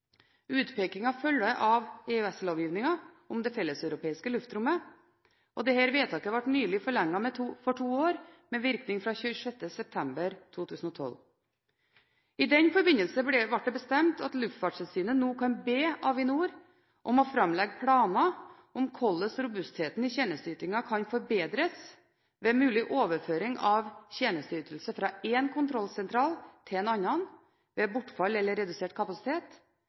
følger av EØS-lovgivningen om det felleseuropeiske luftrommet. Dette vedtaket ble nylig forlenget for to år med virkning fra 26. september 2012. I den forbindelse ble det bestemt at Luftfartstilsynet nå kan be Avinor om å framlegge planer for hvordan robustheten i tjenesteytingen kan forbedres ved å muliggjøre overføring av tjenesteytelse fra én kontrollsentral til en annen ved bortfall av eller redusert kapasitet.